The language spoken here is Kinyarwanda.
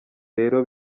rero